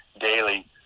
daily